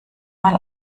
mal